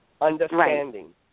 understanding